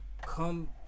come